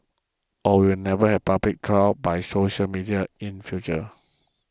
or we will never have public trials by social media in future